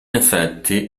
effetti